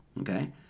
Okay